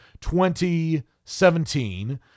2017